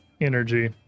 energy